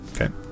Okay